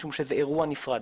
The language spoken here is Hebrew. משום שזה אירוע נפרד.